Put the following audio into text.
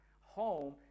home